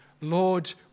Lord